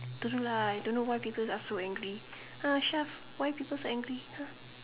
don't know lah I don't know why people are so angry !huh! Shaf why people so angry !huh!